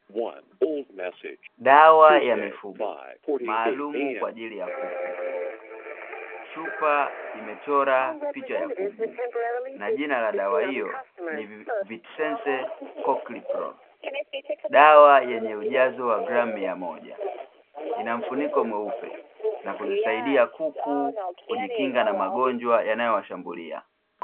Dawa ya mifugo, maalumu kwa ajili ya kuku. Chupa imechora picha ya kuku na jina la dawa hiyo ni "VETSENSE Cocciprol". Dawa yenye ujazo wa gramu mia moja, ina mfuniko mweupe na kuzisaidia kuku kujikinga na magonjwa yanayo washambulia.